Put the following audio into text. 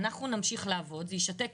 אנחנו נמשיך לעבוד, זה ישתק את